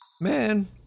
Man